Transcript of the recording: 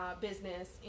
business